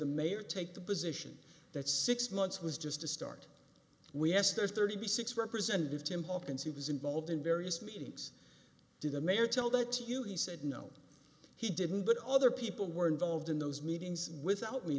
the mayor take the position that six months was just a start we asked our thirty six representative tim hawkins who was involved in various meetings to the mayor tell that to you he said no he didn't but other people were involved in those meetings without me